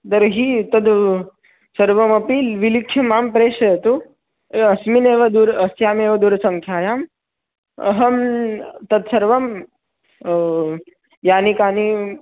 तर्हि तद् सर्वमपि विलिख्य मां प्रेषयतु या अस्मिनेव दूर अस्यामेव दूरसङ्ख्यायाम् अहं तत् सर्वं यानि कानि